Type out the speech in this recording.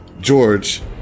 George